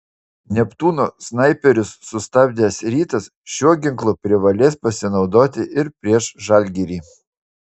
neptūno snaiperius sustabdęs rytas šiuo ginklu privalės pasinaudoti ir prieš žalgirį